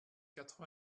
quatre